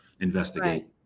investigate